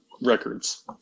records